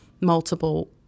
multiple